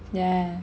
yeah